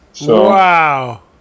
Wow